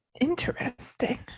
Interesting